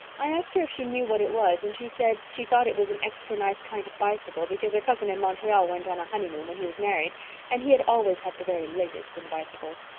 i asked her if she knew what it was and she said she thought it was an extra nice kind of bicycle because her cousin in montreal went on a honeymoon when he was married and he had always had the very latest in bicycles!